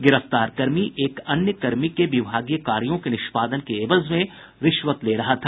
गिरफ्तार कर्मी एक अन्य कर्मी के विभागीय कार्यो के निष्पादन के एवज में रिश्वत ले रहा था